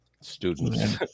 students